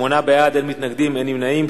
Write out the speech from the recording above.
שבעה בעד, אין מתנגדים, אין נמנעים.